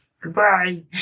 Goodbye